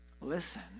listen